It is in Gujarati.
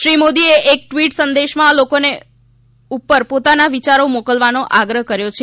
શ્રી મોદીએ એક ટ્વીટ સંદેશામાં લોકોને ઉપર પોતાના વિયારો મોકલવાનું આગ્રહ કર્યો છે